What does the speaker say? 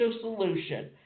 solution